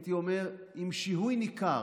הייתי אומר, עם שיהוי ניכר,